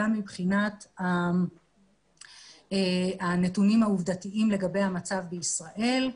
גם מבחינת הנתונים העובדתיים לגבי המצב בישראל.